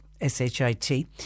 S-H-I-T